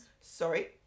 Sorry